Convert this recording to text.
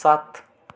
सात